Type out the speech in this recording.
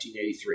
1983